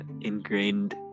ingrained